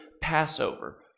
Passover